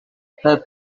her